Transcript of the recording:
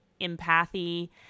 empathy